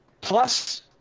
Plus